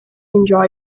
enjoy